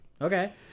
okay